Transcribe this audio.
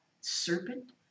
serpent